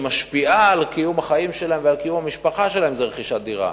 שמשפיעה על קיום החיים שלהם ועל קיום המשפחה שלהם זה רכישת דירה.